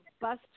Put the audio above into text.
bus